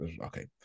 Okay